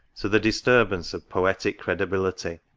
to the disturbance of poetic cre dibihty.